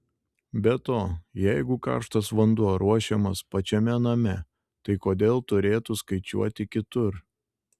be to jeigu karštas vanduo ruošiamas pačiame name tai kodėl turėtų skaičiuoti kitur